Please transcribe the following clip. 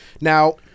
Now